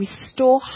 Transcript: restore